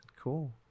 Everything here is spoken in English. cool